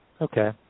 Okay